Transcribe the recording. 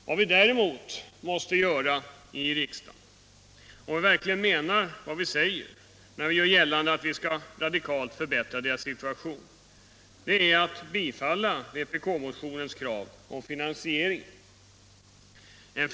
Vad vi däremot måste göra i riksdagen, om vi verkligen menar vad vi säger när vi gör gällande att vi skall radikalt förbättra deras situation, är att bifalla vpk-motionens krav om finansieringen.